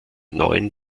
neuen